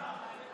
הבאה.